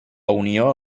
unió